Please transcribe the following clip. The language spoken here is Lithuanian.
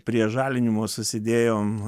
prie žalinimo susidėjom